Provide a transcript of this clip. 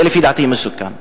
זה, לפי דעתי, מסוכן.